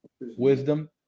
wisdom